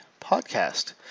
Podcast